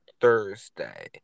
Thursday